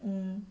mm